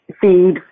feed